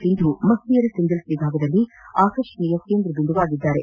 ಸಿಂಧೂ ಮಹಿಳೆಯರ ಸಿಂಗಲ್ಲ್ ವಿಭಾಗದಲ್ಲಿ ಆಕರ್ಷಣೆಯ ಕೇಂದ್ರ ಬಿಂದುವಾಗಿದ್ದಾರೆ